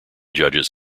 judges